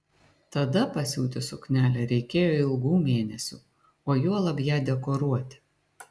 tada pasiūti suknelę reikėjo ilgų mėnesių o juolab ją dekoruoti